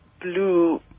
blue